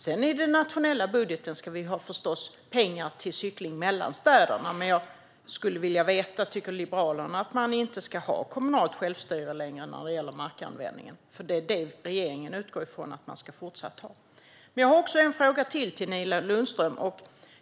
Sedan ska vi förstås ha pengar till cykling mellan städerna i den nationella budgeten. Men jag skulle vilja veta om Liberalerna inte tycker att man ska ha kommunalt självstyre längre när det gäller markanvändningen. Regeringen utgår från att man fortsatt ska ha det. Jag har en fråga till, Nina Lundström.